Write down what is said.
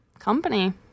company